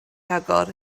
agor